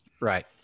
Right